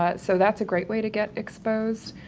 but so that's a great way to get exposed.